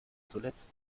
zuletzt